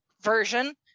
version